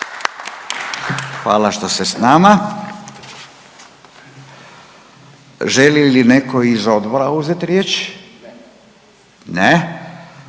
Hvala što ste sa nama. Želi li netko iz odbora uzeti riječ? Ne.